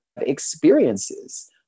experiences